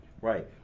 right